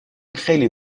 خیلی